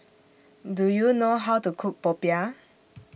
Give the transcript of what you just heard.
Do YOU know How to Cook Popiah